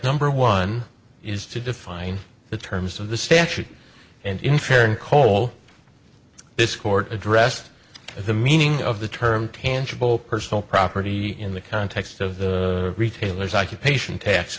number one is to define the terms of the statute and in fairness coal this court addressed the meaning of the term tangible personal property in the context of the retailers occupation tax